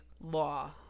law